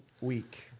week